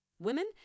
women